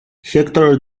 hector